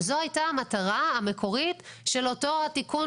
שזו הייתה המטרה המקורית של אותו תיקון